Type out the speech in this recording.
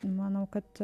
manau kad